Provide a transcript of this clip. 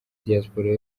diaspora